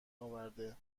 اورده